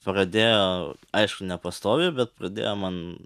pradėjo aišku nepastoviai bet pradėjo man